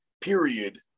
period